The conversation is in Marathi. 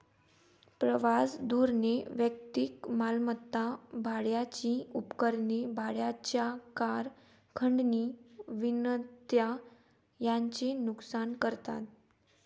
प्रवास धोरणे वैयक्तिक मालमत्ता, भाड्याची उपकरणे, भाड्याच्या कार, खंडणी विनंत्या यांचे नुकसान करतात